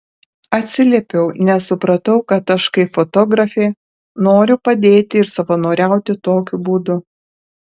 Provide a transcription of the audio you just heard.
atsiliepiau nes supratau kad aš kaip fotografė noriu padėti ir savanoriauti tokiu būdu